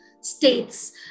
states